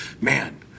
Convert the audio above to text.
man